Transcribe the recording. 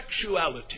sexuality